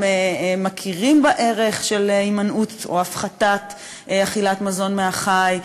מכירים בערך של הימנעות או הפחתת אכילת מזון מהחי,